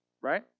right